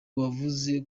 wavuze